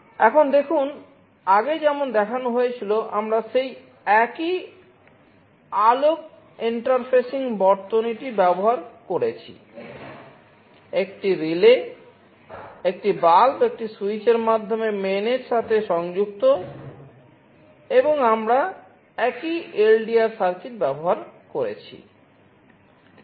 এখন দেখুন আগে যেমন দেখানো হয়েছিল আমরা সেই একই আলোক ইন্টারফেসিং সাথে সংযুক্ত এবং আমরা একই LDR সার্কিট ব্যবহার করেছি